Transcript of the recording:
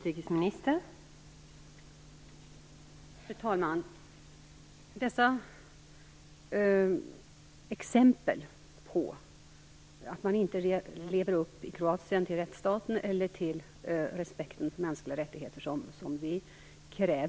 Fru talman!